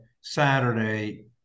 Saturday